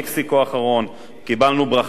קיבלנו ברכה של מרבצי הגז בים,